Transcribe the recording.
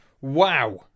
Wow